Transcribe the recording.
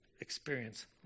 experience